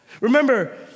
Remember